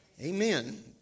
Amen